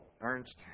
Ernst